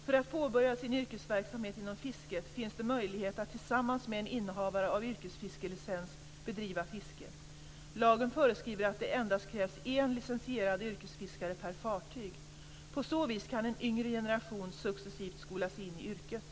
För påbörjande av yrkesverksamhet inom fisket finns det möjligheter att tillsammans med en innehavare av yrkesfiskelicens bedriva fiske. Lagen föreskriver att det endast krävs en licensierad yrkesfiskare per fartyg. På så vis kan en yngre generation successivt skolas in i yrket.